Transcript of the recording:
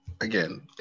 again